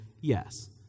yes